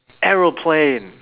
aeroplane